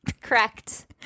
Correct